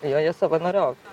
joje savanoriaut